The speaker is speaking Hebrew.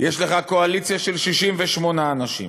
יש לך קואליציה של 68 אנשים.